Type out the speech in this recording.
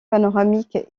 panoramique